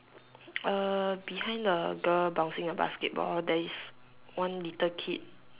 uh behind the girl bouncing a basketball there is one little kid